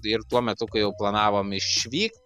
ir tuo metu kai jau planavom išvykt